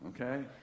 Okay